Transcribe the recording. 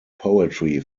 poetry